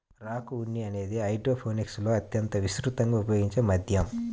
rock ఉన్ని అనేది హైడ్రోపోనిక్స్లో అత్యంత విస్తృతంగా ఉపయోగించే మాధ్యమం